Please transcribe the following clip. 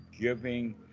giving